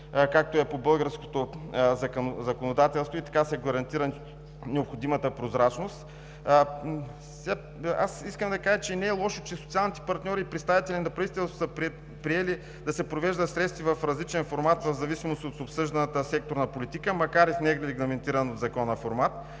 както е по българското законодателство, и така да се гарантира необходимата прозрачност. Искам да кажа, че не е лошо, че социалните партньори и представителите на правителството са предприели да провеждат срещи в различен формат, в зависимост от обсъжданата секторна политика. Макар и не в регламентиран в Закона формат